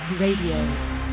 Radio